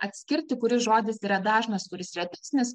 atskirti kuri žodis yra dažnas turis retesnis